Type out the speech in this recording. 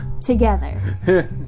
together